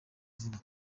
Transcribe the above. vuba